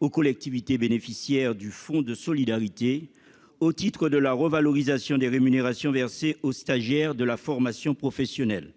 aux collectivités bénéficiaires du Fonds de solidarité, au titre de la revalorisation des rémunérations versées aux stagiaires de la formation professionnelle.